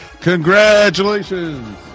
congratulations